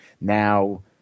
now